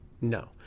No